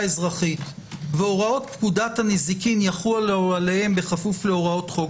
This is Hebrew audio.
אזרחית והוראות פקודת הנזיקין יחולו עליהם בכפוף להוראות חוק